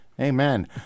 Amen